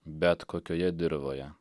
bet kokioje dirvoje